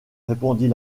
répondit